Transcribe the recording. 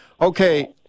Okay